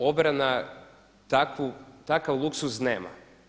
Obrana takav luksuz nema.